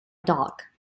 dock